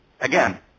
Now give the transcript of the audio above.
again